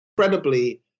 incredibly